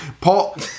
Paul